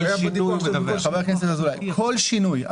על כל שינוי,